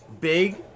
big